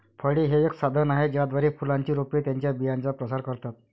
फळे हे एक साधन आहे ज्याद्वारे फुलांची रोपे त्यांच्या बियांचा प्रसार करतात